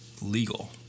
legal